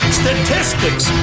statistics